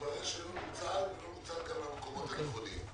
התברר שלא נוצל או שלא נוצל במקומות הנכונים.